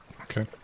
Okay